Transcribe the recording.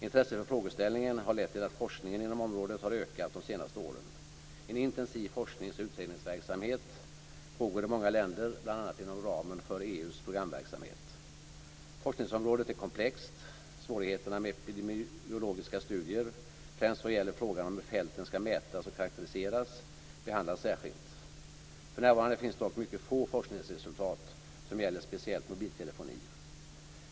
Intresset för frågeställningen har lett till att forskningen inom området har ökat de senaste åren. En intensiv forsknings och utredningsverksamhet pågår i många länder bl.a. inom ramen för EU:s programverksamhet. Forskningsområdet är komplext och svårigheterna med epidemiologiska studier, främst vad gäller frågan om hur fälten skall mätas och karakteriseras, behandlas särskilt. För närvarande finns dock mycket få forskningsresultat som gäller speciellt mobiltelefoni.